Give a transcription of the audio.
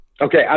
Okay